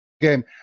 Game